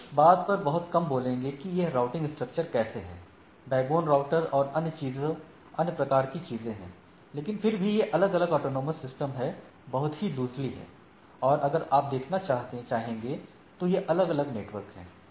हम इस बात पर बहुत कम बात करेंगे कि ये राउटिंग स्ट्रक्चर कैसे हैं बैकबोन राउटर और अन्य प्रकार की चीजें हैं लेकिन फिर भी ये अलग अलग ऑटोनॉमस सिस्टम हैं बहुत ही लूजली है और अगर आप देखना चाहेंगे तो ये अलग अलग नेटवर्क हैं